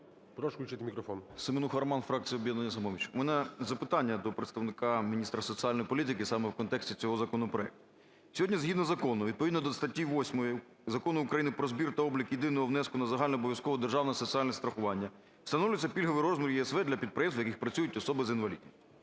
СЕМЕНУХА Р.С. Семенуха Роман, фракція "Об'єднання "Самопоміч". У мене запитання до представника міністра соціальної політики саме в контексті цього законопроекту. Сьогодні, згідно закону, відповідно до статті 8 Закону України "Про збір та облік єдиного внеску на загальнообов'язкове державне соціальне страхування" встановлюється пільговий розмір ЄСВ для підприємств, на яких працюють особи з інвалідністю.